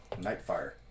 Nightfire